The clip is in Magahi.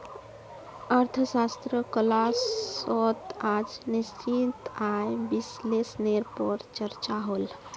अर्थशाश्त्र क्लास्सोत आज निश्चित आय विस्लेसनेर पोर चर्चा होल